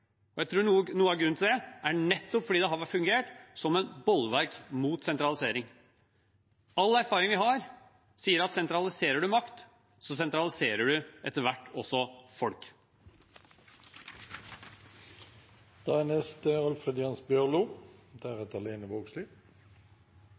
og jeg tror noe av grunnen til det er nettopp at det har fungert som et bolverk mot sentralisering. All erfaring vi har, tilsier at sentraliserer man makt, sentraliserer man etter hvert også folk. Det er